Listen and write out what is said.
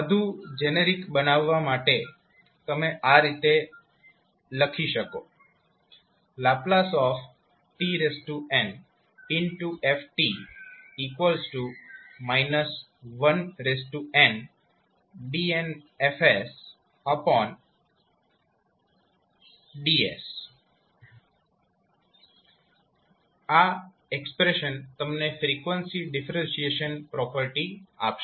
વધુ જેનરિક બનાવવા માટે તમે આ રીતે લખી શકો ℒ tn f n d nFds cn આ એક્સપ્રેશન તમને ફ્રીક્વન્સી ડિફરેન્શીએશન પ્રોપર્ટી આપશે